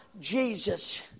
Jesus